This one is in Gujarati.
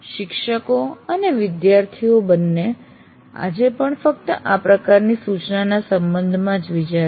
શિક્ષકો અને વિસ્યર્થીઓ બંને આજે પણ ફક્ત આ પ્રકારની સૂચનાના સંબંધમાં જ વિચારે છે